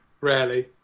Rarely